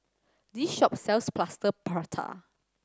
this shop sells Plaster Prata